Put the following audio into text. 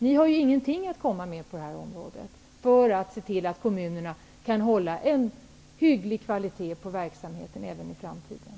Ni har ingenting att komma med på detta område, för att se till att kommunerna kan hålla en hygglig kvalitet på verksamheten även i framtiden.